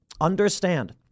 Understand